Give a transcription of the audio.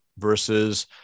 versus